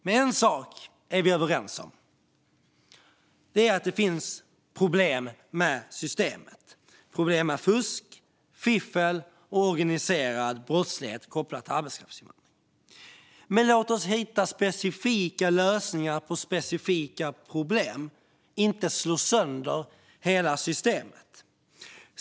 Men en sak är vi överens om. Det finns problem med systemet, problem med fusk, fiffel och organiserad brottslighet kopplat till arbetskraftsinvandring. Låt oss hitta specifika lösningar på specifika problem och inte slå sönder hela systemet.